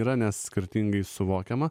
yra nes skirtingai suvokiama